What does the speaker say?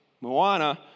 Moana